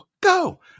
go